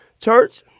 church